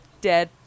dead